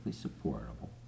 supportable